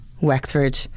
Wexford